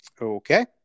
Okay